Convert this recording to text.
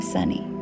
Sunny